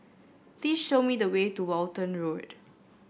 please show me the way to Walton Road